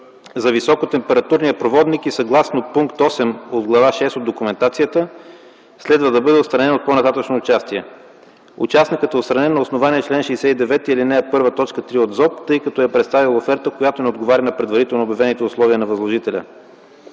за високотемпературния проводник и съгласно пункт 8 от Глава шеста на документацията следва да бъде отстранен от по-нататъшно участие. Участникът е отстранен на основание чл. 69, ал. 1, т. 3 от ЗОП, тъй като е представил оферта, която не отговаря на предварително обявените условия на възложителя.